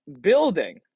building